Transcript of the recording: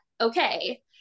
okay